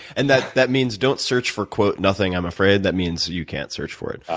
and that that means don't search for nothing, i'm afraid. that means you can't search for it.